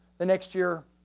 the next year,